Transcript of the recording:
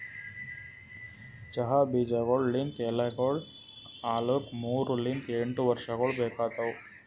ಚಹಾ ಬೀಜಗೊಳ್ ಲಿಂತ್ ಎಲಿಗೊಳ್ ಆಲುಕ್ ಮೂರು ಲಿಂತ್ ಎಂಟು ವರ್ಷಗೊಳ್ ಬೇಕಾತವ್